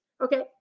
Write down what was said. Okay